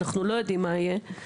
אנחנו לא יודעים מה יהיה,